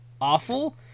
awful